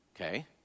Okay